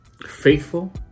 faithful